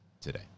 today